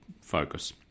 focus